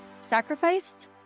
sacrificed